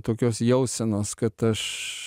tokios jausenos kad aš